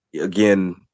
again